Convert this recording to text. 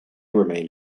remain